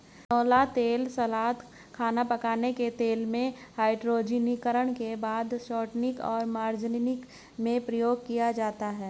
बिनौला तेल सलाद, खाना पकाने के तेल में, हाइड्रोजनीकरण के बाद शॉर्टनिंग और मार्जरीन में प्रयोग किया जाता है